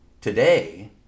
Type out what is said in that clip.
Today